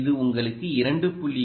இது உங்களுக்கு 2